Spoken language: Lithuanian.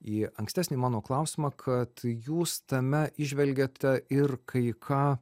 į ankstesnį mano klausimą kad jūs tame įžvelgiate ir kai ką